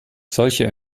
solche